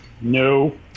no